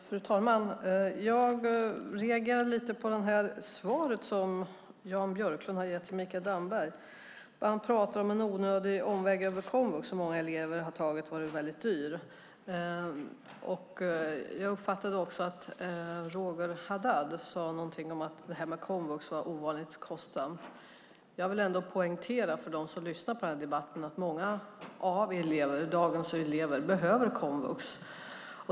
Fru talman! Jag reagerade på det svar som Jan Björklund har gett till Mikael Damberg, där han talar om en onödig omväg över komvux som många elever har tagit och som är väldigt dyr. Jag uppfattade också att Roger Haddad sade något om att detta med komvux var ovanligt kostsamt. Jag vill dock för dem som lyssnar på debatten poängtera att många av dagens elever behöver komvux.